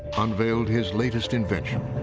unveiled his latest invention.